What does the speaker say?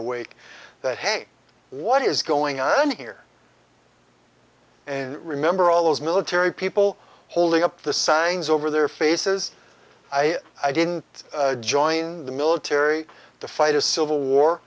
awake that hey what is going on here and remember all those military people holding up the signs over their faces i didn't join the military to fight a civil war